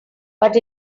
but